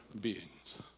beings